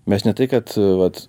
mes ne tai kad vat